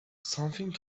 something